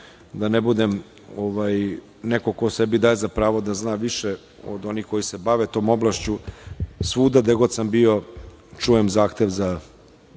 da ne budem neko ko sebi daje za pravo da zna više od onih koji se bave tom oblašću, svuda gde god sam bio čujem zahtev za